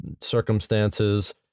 circumstances